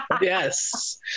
Yes